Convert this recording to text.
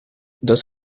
dos